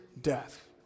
death